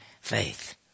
faith